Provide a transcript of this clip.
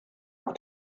auf